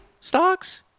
stocks